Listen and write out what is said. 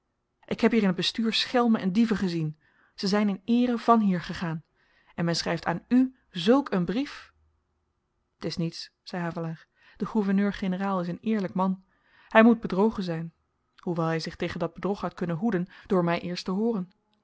ik heb hier in t bestuur schelmen en dieven gezien ze zyn in eere van hier gegaan en men schryft aan u zulk een brief t is niets zei havelaar de gouverneur-generaal is een eerlyk man hy moet bedrogen zyn hoewel hy zich tegen dat bedrog had kunnen hoeden door my eerst te hooren